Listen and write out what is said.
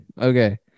Okay